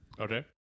Okay